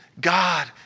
God